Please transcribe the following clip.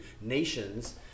nations